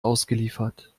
ausgeliefert